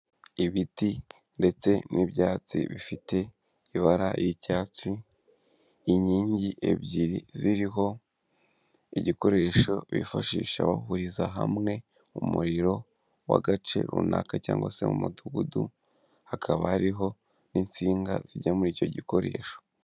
Ibiti ndetse n'ibyatsi bifite ibara ry'icyatsi, inkingi ebyiri ziriho igikoresho bifashisha bahuriza hamwe umuriro w'agace runaka cyangwa se mu mudugudu, hakaba hariho n'insinga zijya muri icyo gikoresho.